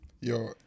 Yo